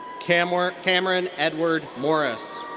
cameron cameron edward morris.